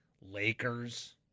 Lakers